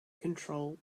control